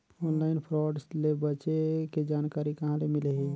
Online fraud ले बचे के जानकारी कहां ले मिलही?